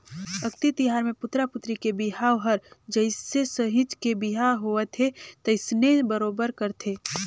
अक्ती तिहार मे पुतरा पुतरी के बिहाव हर जइसे सहिंच के बिहा होवथे तइसने बरोबर करथे